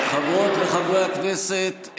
חברות וחברי הכנסת,